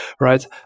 right